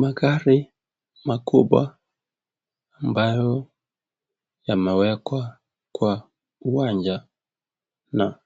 Magari makubwa ambayo yamewekwa kwa uwanja na